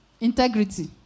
Integrity